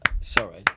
sorry